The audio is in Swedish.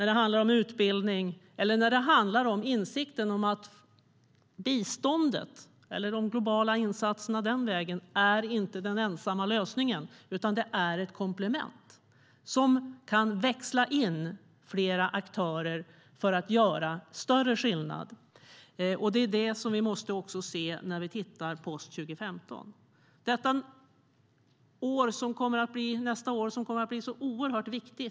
Det handlar också om utbildning och om insikten om att biståndet, eller de globala insatserna den vägen, inte är den ensamma lösningen, utan det är ett komplement som kan växla in flera aktörer för att göra större skillnad. Det är det som vi måste se när vi tittar på post-2015.Nästa år kommer att bli oerhört viktigt.